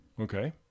Okay